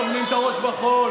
עשר שנים טומנים את הראש בחול.